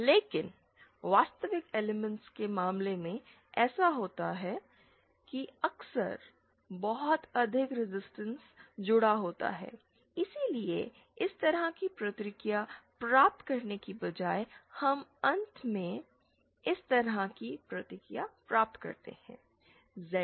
लेकिन वास्तविक एलिमेंटस के मामले में ऐसा होता है कि अक्सर बहुत अधिक रेजिस्टेंस जुड़ा होता है इसलिए इस तरह की प्रतिक्रिया प्राप्त करने के बजाय हम अंत में इस तरह की प्रतिक्रिया प्राप्त करते हैं